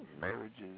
marriages